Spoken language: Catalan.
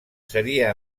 seria